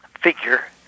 figure